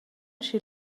she